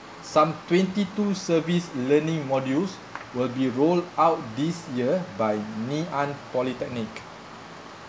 some twenty two service learning modules will be rolled out this year by ngee ann polytechnic